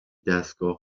دستگاه